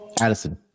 Addison